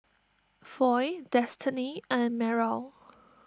Foy Destany and Meryl